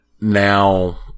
now